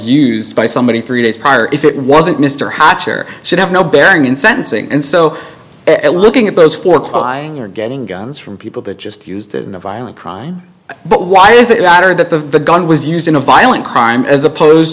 used by somebody three days prior if it wasn't mr hatch or should have no bearing in sentencing and so looking at those for crying or getting guns from people that just used it in a violent crime but why does it matter that the gun was used in a violent crime as opposed